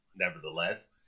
nevertheless